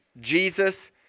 Jesus